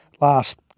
last